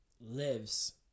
lives